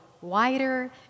wider